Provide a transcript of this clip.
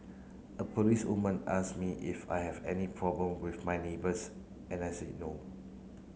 a policewoman asked me if I have any problem with my neighbours and I said no